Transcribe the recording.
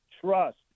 trust